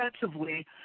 defensively